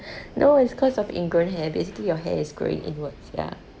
no is cause of ingrown hair basically your hair is growing inwards ya